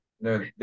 No